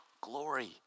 glory